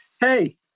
hey